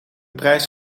prijs